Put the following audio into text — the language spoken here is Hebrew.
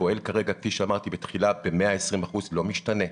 שפועל כרגע ב-120%, לא משתנה.